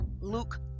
Luke